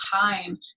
time